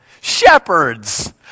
shepherds